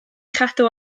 chadw